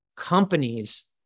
companies